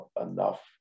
enough